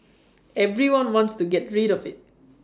everyone wants to get rid of IT